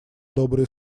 добрые